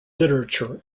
literature